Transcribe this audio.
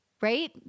Right